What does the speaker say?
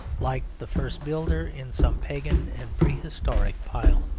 like the first builder in some pagan and prehistoric pile.